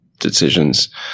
Decisions